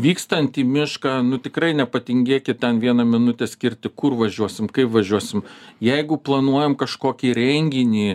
vykstant į mišką nu tikrai nepatingėkit ten vieną minutę skirti kur važiuosim kaip važiuosim jeigu planuojam kažkokį renginį